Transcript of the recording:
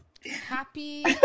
happy